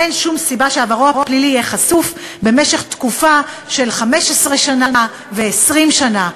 אין שום סיבה שעברו הפלילי יהיה חשוף במשך תקופה של 15 שנה ו-20 שנה.